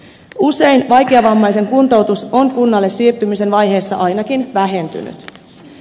usein vaikeavammaisen kuntoutus on kunnalle siirtymisen vaiheessa ainakin vähentynyt